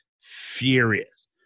furious